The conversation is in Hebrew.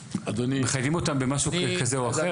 מחייבים אותם במשהו כזה או אחר?